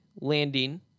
landing